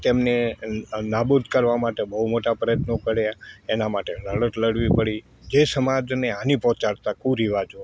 તેમને નાબૂદ કરવા માટે બહું મોટા પ્રયત્નો કર્યા એના માટે લડત લડવી પડી જે સમાજને હાની પહોંચાડતા કુરિવાજો હતા